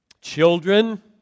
children